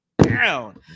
down